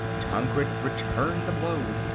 tancred returned the blow.